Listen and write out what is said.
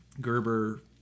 Gerber